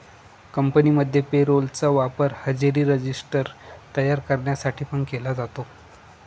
कंपनीमध्ये payroll चा वापर हजेरी रजिस्टर तयार करण्यासाठी पण केला जातो